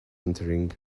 entering